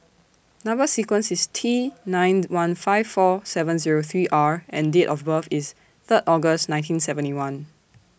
Number sequence IS T nine one five four seven Zero three R and Date of birth IS Third August nineteen seventy one